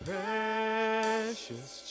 Precious